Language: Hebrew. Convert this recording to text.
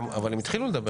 מי בעד?